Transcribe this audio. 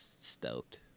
stoked